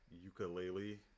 Ukulele